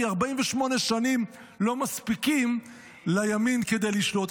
כי 48 שנים לא מספיקות לימין כדי לשלוט.